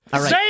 Say